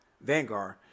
Vanguard